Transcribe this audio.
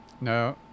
No